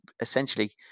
essentially